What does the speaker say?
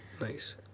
Nice